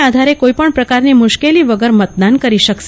જેને આધારે કોઇપણ પ્રકારની મુશ્કેલી વગર મતદાન કરી શકશે